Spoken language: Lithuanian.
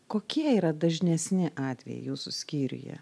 kokie yra dažnesni atvejai jūsų skyriuje